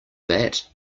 that